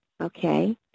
okay